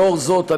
לפיכך,